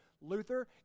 Luther